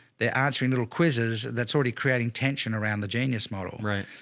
they're answering little quizzes that's already creating tension around the genius model, right?